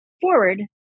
forward